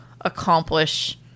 accomplish